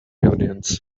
audience